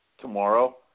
tomorrow